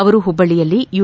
ಅವರು ಹುಬ್ಬಳ್ಳಿಯಲ್ಲಿ ಯು